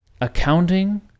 Accounting